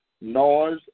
noise